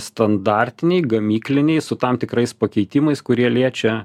standartiniai gamykliniai su tam tikrais pakeitimais kurie liečia